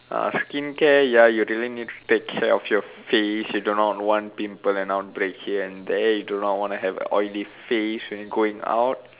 uh skincare ya you really need to take care of your face you do not want pimple and outbreaks here and there you do not want to have oily face when you going out